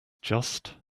just